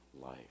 life